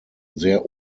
sehr